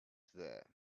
there